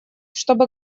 чтобы